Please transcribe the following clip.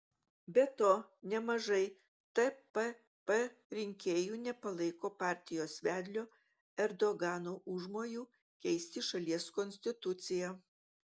be to nemažai tpp rinkėjų nepalaiko partijos vedlio erdogano užmojų keisti šalies konstituciją